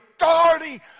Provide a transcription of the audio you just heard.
authority